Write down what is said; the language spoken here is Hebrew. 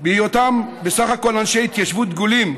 בהיותם בסך הכול אנשי התיישבות דגולים,